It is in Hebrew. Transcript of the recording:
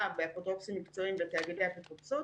באפוטרופוסים מקצועיים ותאגידי אפוטרופסות.